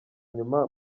nyuma